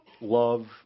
love